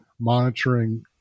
monitoring